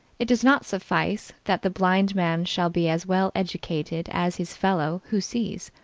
it does not suffice that the blind man shall be as well educated as his fellow who sees.